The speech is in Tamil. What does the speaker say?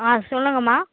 ஆ சொல்லுங்கம்மா